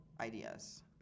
ideas